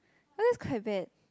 oh that's quite bad